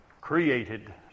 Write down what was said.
created